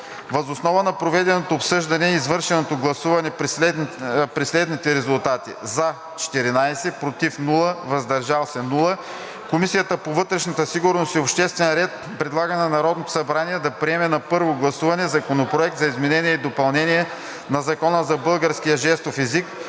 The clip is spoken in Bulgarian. Въз основа на проведеното обсъждане и извършеното гласуване при следните резултати: „за“ – 14, без „против“ и „въздържал се“ Комисията по вътрешна сигурност и обществен ред предлага на Народното събрание да приеме на първо гласуване Законопроект за изменение и допълнение на Закона за българския жестов език,